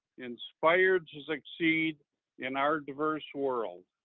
inspired to succeed in our diverse world.